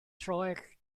troell